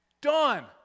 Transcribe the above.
Done